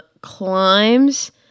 climbs